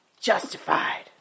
justified